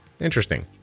Interesting